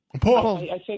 Paul